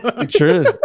True